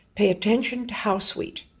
pay attention to how sweet,